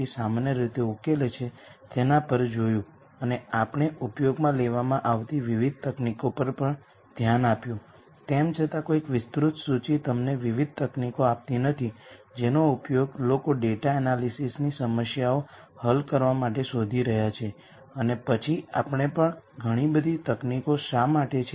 અને જેમ મેં છેલ્લા વર્ગમાં ઉલ્લેખ કર્યો છે આજે હું તમને આઇગન વેક્ટર્સ અને ફંડામેન્ટલ સબ સ્પેસ વચ્ચેના કન્નેકશન વિશે વાત કરીશ જેનું આપણે પહેલાં વર્ણન કર્યું છે